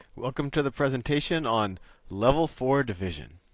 welcome to the presentation on level four division.